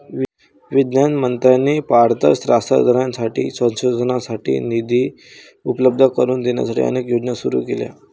विज्ञान मंत्र्यांनी पात्र शास्त्रज्ञांसाठी संशोधनासाठी निधी उपलब्ध करून देण्यासाठी अनेक योजना सुरू केल्या